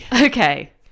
Okay